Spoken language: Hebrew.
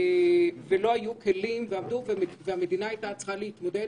לא היו כלים והמדינה הייתה צריכה להתמודד,